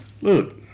Look